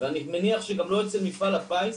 ואני מניח גם לא אצל מפעל הפיס,